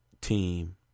team